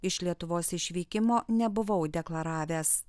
iš lietuvos išvykimo nebuvau deklaravęs